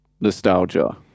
nostalgia